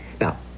Now